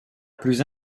plus